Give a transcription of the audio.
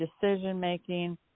decision-making